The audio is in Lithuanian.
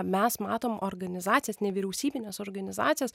mes matom organizacijas nevyriausybines organizacijas